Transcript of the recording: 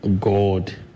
God